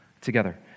together